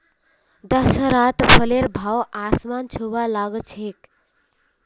दशहरात फलेर भाव आसमान छूबा ला ग छेक